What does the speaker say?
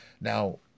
Now